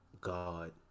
God